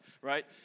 right